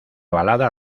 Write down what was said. balada